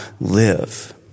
live